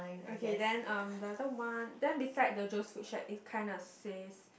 okay then um the other one then beside the Joe's food shack it kinda says